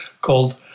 called